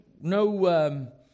no